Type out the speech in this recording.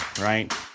right